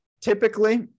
typically